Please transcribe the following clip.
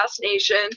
nation